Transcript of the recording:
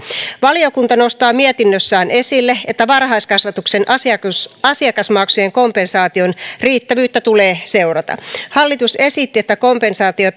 valiokunta nostaa mietinnössään esille että varhaiskasvatuksen asiakasmaksujen asiakasmaksujen kompensaation riittävyyttä tulee seurata hallitus esitti että kompensaatio